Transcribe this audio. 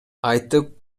айтып